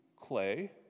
clay